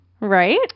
Right